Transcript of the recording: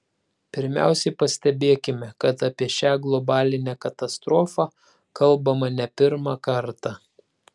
pirmiausiai pastebėkime kad apie šią globalinę katastrofą kalbama ne pirmą kartą